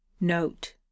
NOTE